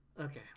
Okay